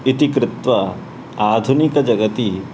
इति कृत्वा आधुनिकजगति